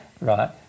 right